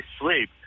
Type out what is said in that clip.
sleep